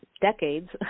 decades